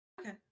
okay